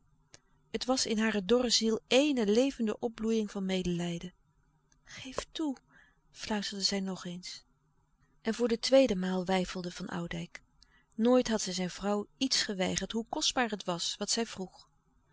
het was in hare dorre ziel éene levende opbloeiïng van medelijden geef toe fluisterde zij nog eens en voor de tweede maal weifelde van oudijck nooit had hij zijn vrouw iets geweigerd hoe kostbaar het was wat zij vroeg